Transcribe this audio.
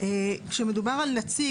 כשמדובר על נציג,